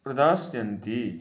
प्रदास्यन्ति